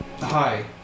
Hi